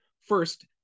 First